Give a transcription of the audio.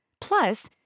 Plus